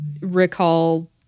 recall